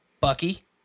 Bucky